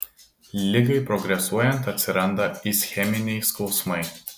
ligai progresuojant atsiranda ischeminiai skausmai